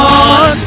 on